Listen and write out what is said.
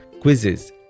quizzes